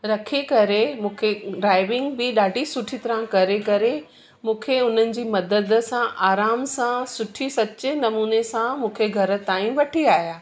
रखे करे मूंखे ड्राइविंग बि ॾाढी सुठी तरह करे करे मूंखे उन्हनि जी मदद सां आराम सां सुठी सच्चे नमूने सां मूंखे घरु ताईं वठी आया